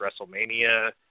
WrestleMania